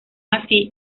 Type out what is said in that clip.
así